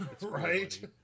Right